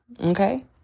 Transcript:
Okay